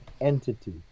entity